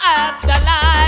afterlife